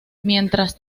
mientras